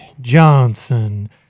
Johnson